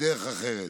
בדרך אחרת.